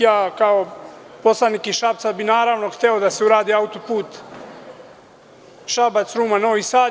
Ja bih kao poslanik iz Šapca naravno hteo da se uradi autoput Šabac-Ruma-Novi Sad.